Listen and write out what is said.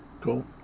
cool